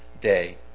day